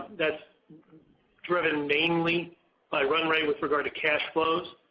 that's driven mainly by run rate with regard to cash flows,